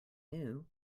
new